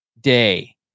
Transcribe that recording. day